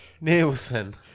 Nielsen